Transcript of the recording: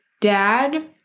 dad